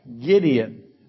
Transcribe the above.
Gideon